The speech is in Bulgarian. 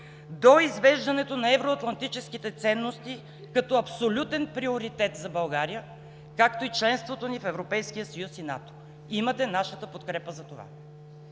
до извеждането на евроатлантическите ценности като абсолютен приоритет за България, както и членството ни в Европейския съюз и НАТО. Имате нашата подкрепа за това.